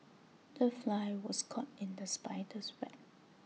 the fly was caught in the spider's web